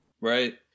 Right